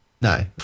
No